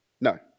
No